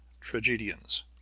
tragedians